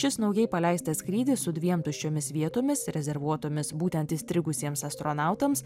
šis naujai paleistas skrydis su dviem tuščiomis vietomis rezervuotomis būtent įstrigusiems astronautams